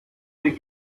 der